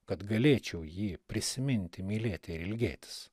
kad galėčiau jį prisiminti mylėti ilgėtis